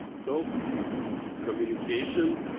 so communication,